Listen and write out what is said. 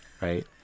right